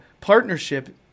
partnership